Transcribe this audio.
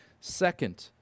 second